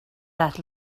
that